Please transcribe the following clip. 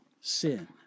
sin